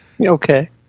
Okay